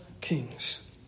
kings